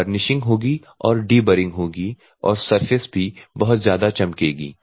तो बर्निशिंग होगी या डीबरिंग होगी और सरफेस भी बहुत ज्यादा चमकेगी